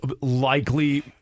Likely